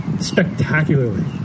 spectacularly